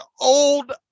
old